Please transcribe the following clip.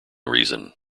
reason